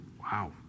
Wow